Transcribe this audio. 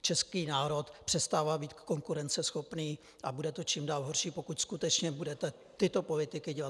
Český národ přestává být konkurenceschopný a bude to čím dál horší, pokud skutečně budete tyto politiky dělat.